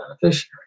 beneficiary